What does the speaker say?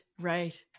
right